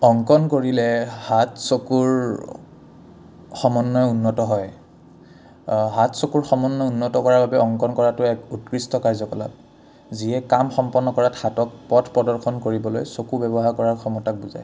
অংকন কৰিলে হাত চকুৰ সমন্বয় উন্নত হয় হাত চকুৰ সমন্বয় উন্নত কৰাৰ বাবে অংকন কৰাটো এক উৎকৃষ্ট কাৰ্যকলাপ যিয়ে কাম সম্পন্ন কৰাত হাতক পথ প্ৰদৰ্শন কৰিবলৈ চকু ব্যৱহাৰ কৰাৰ সমতাক বুজায়